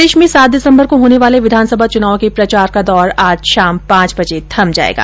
प्रदेश में सात दिसम्बर को होने वाले विधानसभा चुनाव के प्रचार का दौर आज शाम पांच बजे थम जायेगा